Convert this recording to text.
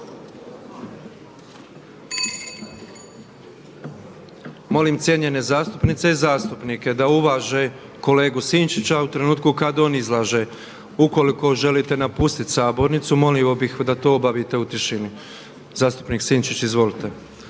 Molim cijenjene zastupnice i zastupnike da uvaže kolegu Sinčića u trenutku kad on izlaže. Ukoliko želite napustiti sabornicu molio bih da to obavite u tišini. Zastupnik Sinčić, izvolite.